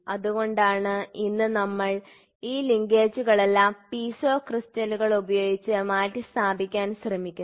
അതുകൊണ്ടാണ് ഇന്ന് നമ്മൾ ഈ ലിങ്കേജുകളെല്ലാം പീസോ ക്രിസ്റ്റലുകൾ ഉപയോഗിച്ച് മാറ്റിസ്ഥാപിക്കാൻ ശ്രമിക്കുന്നത്